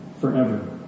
forever